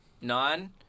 Nine